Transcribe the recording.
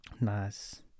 nice